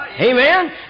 Amen